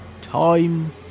time